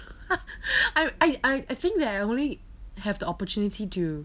I I I think that I will only have the opportunity to